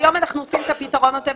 היום אנחנו עושים את הפתרון הזה.